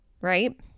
Right